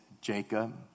Jacob